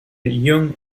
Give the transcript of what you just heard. young